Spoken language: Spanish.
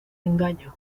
engaño